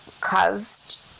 caused